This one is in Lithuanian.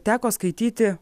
teko skaityti